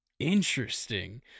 Interesting